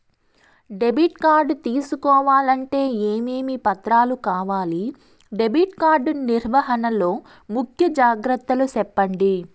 Debit card తీసుకోవాలంటే ఏమేమి పత్రాలు కావాలి? డెబిట్ కార్డు నిర్వహణ లో ముఖ్య జాగ్రత్తలు సెప్పండి?